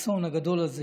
האסון הגדול הזה,